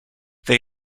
they